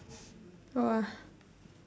!wah!